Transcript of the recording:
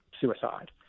suicide